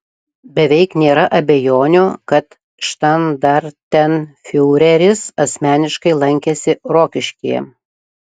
beveik nėra abejonių kad štandartenfiureris asmeniškai lankėsi rokiškyje